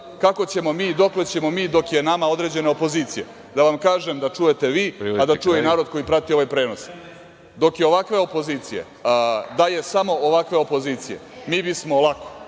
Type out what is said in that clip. kako ćemo mi i dokle ćemo mi dok je nama određene opozicije? Da vam kažem da čujete vi, a da čuje i narod koji prati ovaj prenos, dok je ovakve opozicije, da je samo ovakve opozicije, mi bismo lako